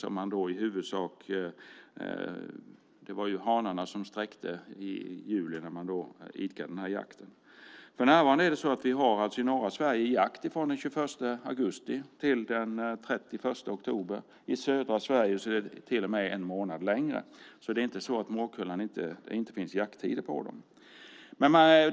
Det var i huvudsak när hanarna sträckte i juli som man idkade den här jakten. För närvarande har vi i norra Sverige jakt från den 21 augusti till den 31 oktober. I södra Sverige är det till och med en månad längre. Det är alltså inte så att det inte finns jakttider på morkullan.